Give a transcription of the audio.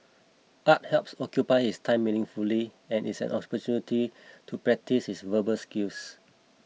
art helps occupy his time meaningfully and is an opportunity to practise his verbal skills